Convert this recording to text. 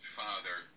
father